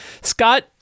scott